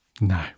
no